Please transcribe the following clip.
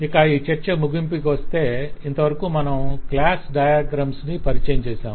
ఇక ఈ చర్చ ముగింపుకి వస్తే ఇంతవరకు మనం క్లాస్ డయాగ్రమ్ ని పరిచయం చేశాం